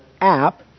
app